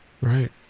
Right